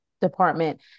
Department